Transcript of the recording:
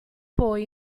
poi